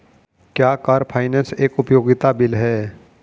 क्या car finance एक उपयोगिता बिल है?